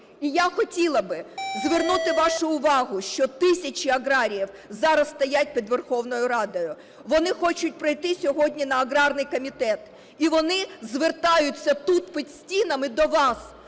І я хотіла би звернути вашу увагу, що тисячі аграріїв зараз стоять під Верховною Радою. Вони хочуть пройти сьогодні на аграрний комітет, і вони звертаються тут, під стінами, до вас.